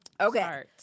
Okay